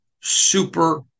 super